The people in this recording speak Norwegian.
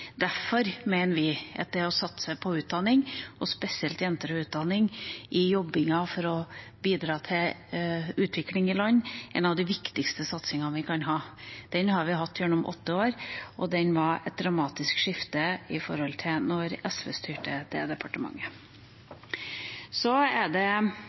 Derfor mener vi at det å satse på utdanning, og spesielt jenter og utdanning, i jobbinga for å bidra til utvikling i land, er en av de viktigste satsingene vi kan ha. Den har vi hatt gjennom åtte år, og det var et dramatisk skifte i forhold til da SV styrte det departementet. Så ble det